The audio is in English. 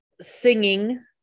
singing